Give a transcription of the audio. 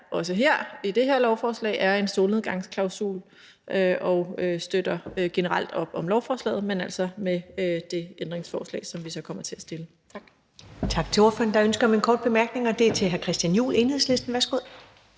også i det her lovforslag er en solnedgangsklausul, og støtter generelt op om lovforslaget, men altså med det ændringsforslag, som vi så kommer til at stille. Tak. Kl. 15:40 Første næstformand (Karen Ellemann): Tak til ordføreren. Der er ønske om en kort bemærkning, og den er fra hr. Christian Juhl, Enhedslisten. Værsgo.